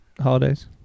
holidays